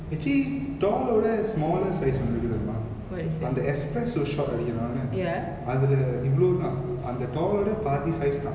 actually tall ஓட:oda smallest size ஒன்னு இருக்கு தெரியுமா அந்த:onnu irukku theriyuma antha espresso shot அடிக்கிறான அதுல இவ்ளோ தான் அந்த:adikkirana athula ivlo than antha tall ஓட பாதி:oda pathi size தான்:than